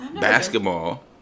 Basketball